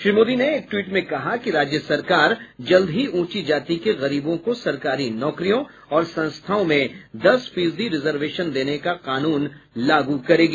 श्री मोदी ने एक टवीट में कहा कि राज्य सरकार जल्द ही ऊंची जाति के गरीबों को सरकारी नौकरियों और संस्थाओं में दस फीसदी रिजर्वेशन देने का कानून लागू करेगी